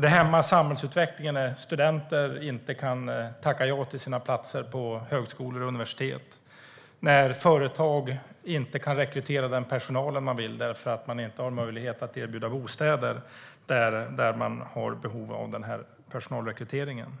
Det hämmar samhällsutvecklingen när studenter inte kan tacka ja till sina platser på högskolor och universitet och när företag inte kan rekrytera den personal de vill därför att de inte har möjlighet att erbjuda bostäder där de har behov av personalrekryteringen.